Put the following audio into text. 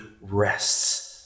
rests